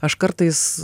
aš kartais